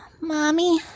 Mommy